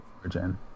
origin